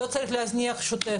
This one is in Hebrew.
לא צריך להזניח את השוטף.